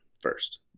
first